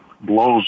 blows